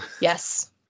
Yes